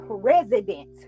president